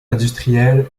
industrielle